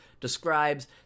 describes